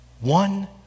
One